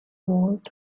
world